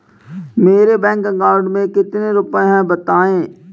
मेरे bank account में कितने रुपए हैं बताएँ?